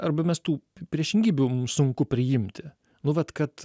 arba mes tų priešingybių mum sunku priimti nu vat kad